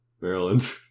Maryland